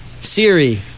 Siri